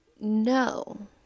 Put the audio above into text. No